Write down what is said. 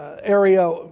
area